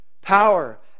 power